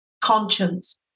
conscience